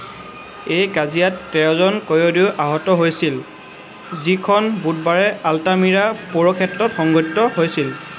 এই কাজিয়াত তেৰজন কয়দীও আহত হৈছিল যিখন বুধবাৰে আল্টামিৰা পৌৰক্ষেত্ৰত সংঘটিত হৈছিল